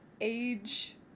age